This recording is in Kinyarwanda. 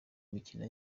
mikino